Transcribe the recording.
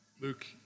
Luke